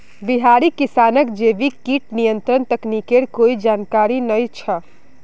बिहारी किसानक जैविक कीट नियंत्रण तकनीकेर कोई जानकारी नइ छ